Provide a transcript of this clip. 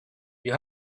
you